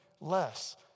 less